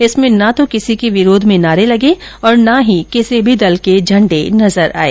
इसमें ना तो किसी के विरोध में नारे लगे और ना ही किसी भी दल के झण्डे नजर आये